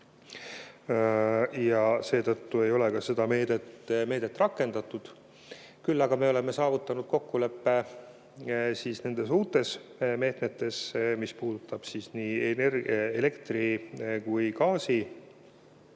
ja seetõttu ei ole seda meedet rakendatud. Küll aga oleme saavutanud kokkuleppe nendes uutes meetmetes, mis puudutavad nii elektri kui ka